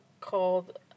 called